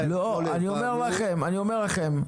אני אומר לכם,